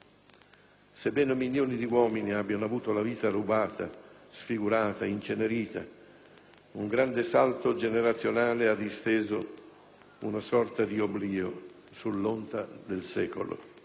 Sebbene milioni di uomini abbiano avuto la vita rubata, sfigurata, incenerita, un grande salto generazionale ha disteso una sorta di oblio sull'onta del secolo.